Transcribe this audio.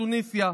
בתוניסיה,